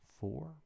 four